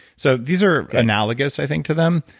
so these are analogous i think to them.